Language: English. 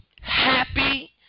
happy